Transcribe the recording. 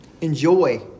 enjoy